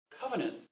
Covenant